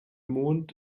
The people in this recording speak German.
mond